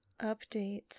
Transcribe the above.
updates